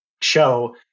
show